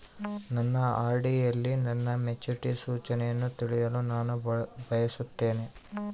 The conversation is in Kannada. ನನ್ನ ಆರ್.ಡಿ ಯಲ್ಲಿ ನನ್ನ ಮೆಚುರಿಟಿ ಸೂಚನೆಯನ್ನು ತಿಳಿಯಲು ನಾನು ಬಯಸುತ್ತೇನೆ